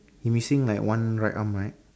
it missing like one right arm right